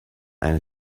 and